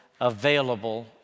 available